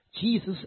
Jesus